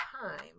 time